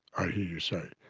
i hear you say,